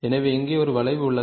எனவே இங்கே ஒரு வளைவு உள்ளது